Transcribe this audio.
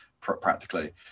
practically